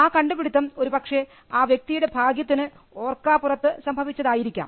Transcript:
ആ കണ്ടുപിടിത്തം ഒരുപക്ഷേ ആ വ്യക്തിയുടെ ഭാഗ്യത്തിന് ഓർക്കാപ്പുറത്ത് സംഭവിച്ചതായിരിക്കാം